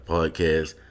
Podcast